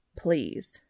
Please